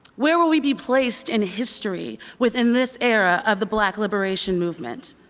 where will we be placed in history within this era of the black liberation movement?